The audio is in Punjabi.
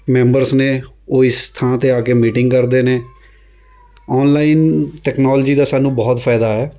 ਮੈਂਬਰਸ ਨੇ ਉਹ ਇਸ ਥਾਂ 'ਤੇ ਆ ਕੇ ਮੀਟਿੰਗ ਕਰਦੇ ਨੇ ਔਨਲਾਈਨ ਤੈਕਨੋਲਜੀ ਦਾ ਸਾਨੂੰ ਬਹੁਤ ਫਾਇਦਾ ਹੈ